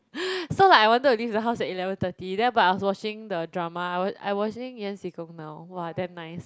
so like I wanted to leave the house at eleven thirty then but I was watching the drama I I watching yan-xi-gong now !wah! damn nice